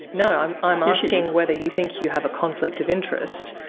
no, i'm i'm asking whether you think you have a conflict of interest,